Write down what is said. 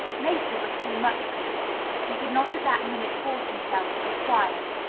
nature was too much for him he could not at that minute force himself to be quiet.